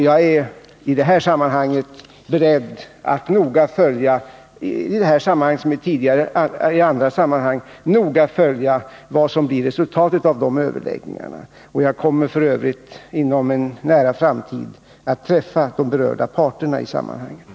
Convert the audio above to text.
Jag är i det här fallet liksom i andra beredd att noga följa vad som blir resultatet av de överläggningarna. Jag kommer f. ö. inom en nära framtid att träffa de i sammanhanget berörda parterna.